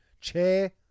Chair